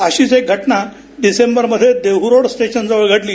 अशीच एक घटना डिसेंबरमध्ये देहरोड स्थानकाजवळ घडली